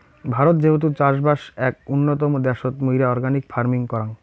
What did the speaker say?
ভারত যেহেতু চাষবাস এক উন্নতম দ্যাশোত, মুইরা অর্গানিক ফার্মিং করাং